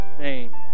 name